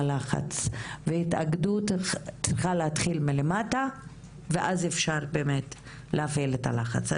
לחץ והתאגדות צריכה להתחיל מלמטה ואז אפשר באמת להפעיל את הלחץ.